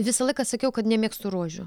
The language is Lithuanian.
visą laiką sakiau kad nemėgstu rožių